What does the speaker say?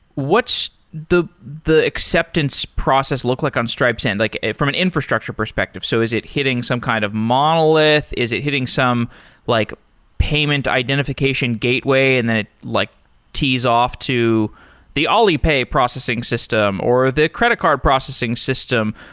what's the the acceptance process look like on stripe, so and like from an infrastructure perspective? so is it hitting some kind of monolith? is it hitting some like payment identification gateway and then it like tees off to the alipay processing system, or the credit card processing system?